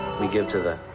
we give to the